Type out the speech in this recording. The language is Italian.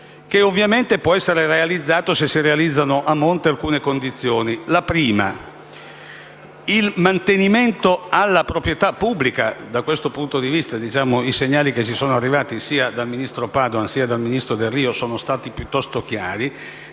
che ovviamente può essere realizzato se a monte si realizzano alcune condizioni. La prima: il mantenimento della proprietà pubblica (da questo punto di vista, i segnali arrivati sia dal ministro Padoan sia dal ministro Delrio sono stati piuttosto chiari)